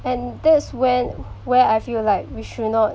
and that's when where I feel like we should not